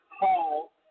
Paul